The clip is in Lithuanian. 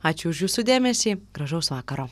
ačiū už jūsų dėmesį gražaus vakaro